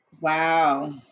Wow